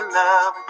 love